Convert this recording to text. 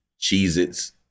Cheez-Its